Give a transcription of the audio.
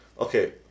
okay